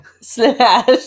slash